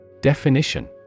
Definition